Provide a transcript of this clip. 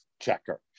checker